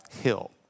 hill